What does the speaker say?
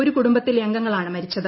ഒരു കുടുംബത്തിലെ അംഗങ്ങളാണ് മരിച്ചത്